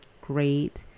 great